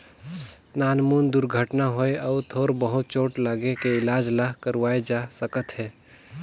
नानमुन दुरघटना होए अउ थोर बहुत चोट लागे के इलाज ल करवाए जा सकत हे